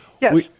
Yes